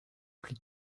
plus